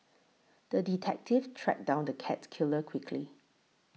the detective tracked down the cat killer quickly